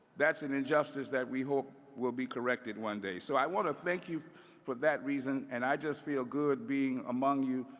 that's an injustice that we hope will be corrected one day. so i want to thank you for that reason and i just feel good being among you,